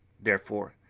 therefore,